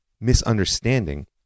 misunderstanding